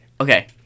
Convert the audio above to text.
Okay